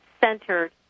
centered